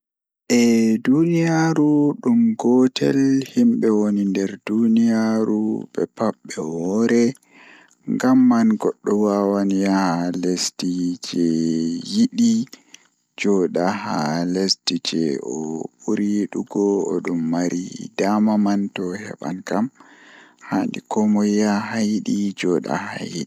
Eey, ko waɗi ko neɗɗo ɗoo waɗataa hakkunde ngoodi haalde e leydi ɗum so he saayi. Ko aduna maa waɗanaa ɗum ɗoo ɗi famataa ngam njogorde maa, e waɗal kadi, ɗum woni laawol laamu. So a heɓata ɗam ngoodi ka leydi fof e jam e nder laamu, ɗum waɗata heɓre ngoodi ɗi waɗande faamugol aduna.